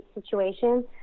situation